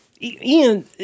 Ian